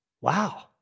Wow